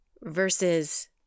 versus